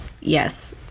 Yes